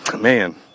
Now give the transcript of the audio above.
man